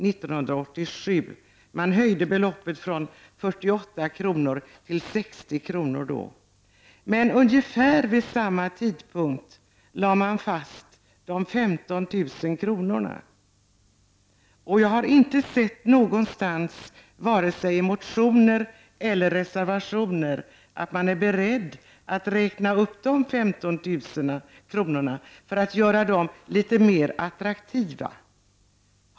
skedde, som Margit Gennser sade, den 1 januari 1987. Men ungefär vid samma tidpunkt fastlades 15 000 kr. i vårdnadsbidrag per barn och år. Vare sig i motioner eller i reservationer har jag sett att man är beredd att räkna upp dessa 15 000 kr. för att göra det mer attraktivt att stanna hemma hos sina barn.